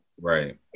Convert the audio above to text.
right